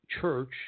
church